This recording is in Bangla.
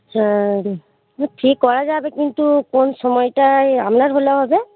হ্যাঁ সে করা যাবে কিন্তু কোন সময়টায় আপনার হলে হবে